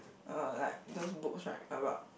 uh like those books right about